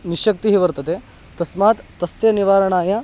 निश्शक्तिः वर्तते तस्मात् तस्य निवारणाय